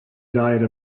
diet